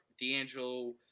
D'Angelo